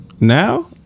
Now